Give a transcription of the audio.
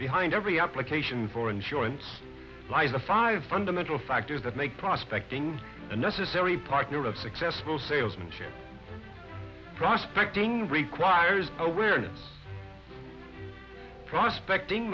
behind every application for insurance life the five fundamental factors that make prospecting a necessary partner of successful salesmanship prospecting requires awareness prospecting